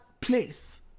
place